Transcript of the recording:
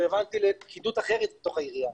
רלוונטי לפקידות אחרת בתוך העירייה.